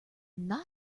not